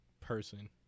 person